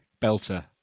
Belter